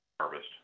harvest